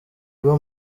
iba